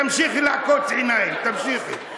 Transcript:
תמשיכי לעקוץ עיניים, תמשיכי.